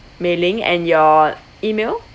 Mei Ling and your email